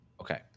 Okay